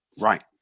right